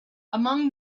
among